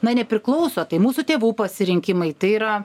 na nepriklauso tai mūsų tėvų pasirinkimai tai yra